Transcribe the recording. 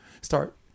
start